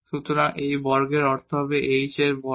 সুতরাং এই বর্গের অর্থ হবে h বর্গ